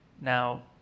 Now